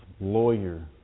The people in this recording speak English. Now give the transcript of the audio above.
Lawyer